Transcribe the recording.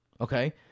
Okay